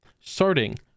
starting